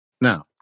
Now